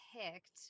picked